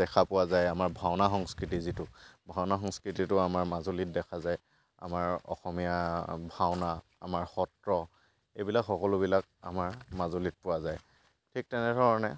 দেখা পোৱা যায় আমাৰ ভাওনা সংস্কৃতি যিটো ভাওনা সংস্কৃতিটো আমাৰ মাজুলীত দেখা যায় আমাৰ অসমীয়া ভাওনা আমাৰ সত্ৰ এইবিলাক সকলোবিলাক আমাৰ মাজুলীত পোৱা যায় ঠিক তেনেধৰণে